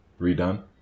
redone